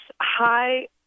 high